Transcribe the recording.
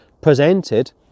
presented